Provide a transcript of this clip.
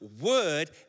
word